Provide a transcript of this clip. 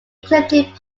ecliptic